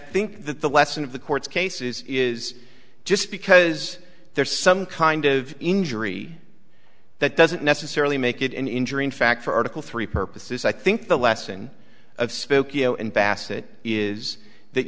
think that the lesson of the court's cases is just because there's some kind of injury that doesn't necessarily make it an injury in fact for article three purposes i think the lesson of spokeo and bassett is that